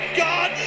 god